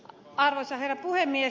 arvoisa herra puhemies